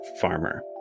farmer